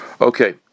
Okay